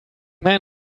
man